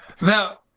Now